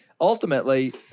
ultimately